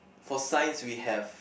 for Science we have